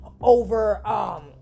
over